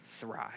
thrive